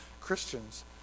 Christians